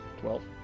Twelve